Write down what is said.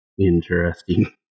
Interesting